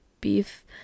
beef